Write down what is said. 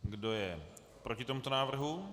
Kdo je proti tomuto návrhu?